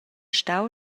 stau